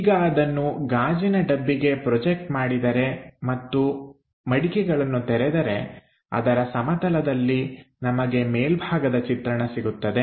ಈಗ ಅದನ್ನು ಗಾಜಿನ ಡಬ್ಬಿಗೆ ಪ್ರೊಜೆಕ್ಟ್ ಮಾಡಿದರೆ ಮತ್ತು ಮಡಿಕೆಗಳನ್ನು ತೆರೆದರೆ ಅದರ ಸಮತಲದಲ್ಲಿ ನಮಗೆ ಮೇಲ್ಭಾಗದ ಚಿತ್ರಣ ಸಿಗುತ್ತದೆ